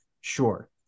Sure